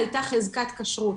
הייתה חזקת כשרות.